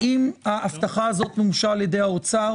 האם ההבטחה הזו מומשה על ידי האוצר?